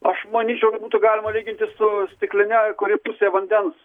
aš manyčiau kad būtų galima lyginti su stikline kuri pusė vandens